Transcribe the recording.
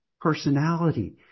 personality